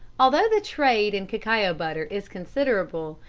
although the trade in cacao butter is considerable,